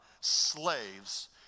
slaves